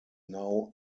now